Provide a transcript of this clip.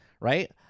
right